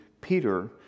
Peter